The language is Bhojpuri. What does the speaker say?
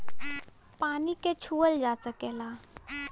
पानी के छूअल जा सकेला